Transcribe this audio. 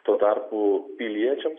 tuo tarpu piliečiams